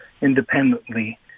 independently